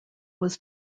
was